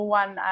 one